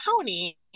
County